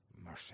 mercy